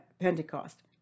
Pentecost